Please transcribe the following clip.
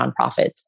nonprofits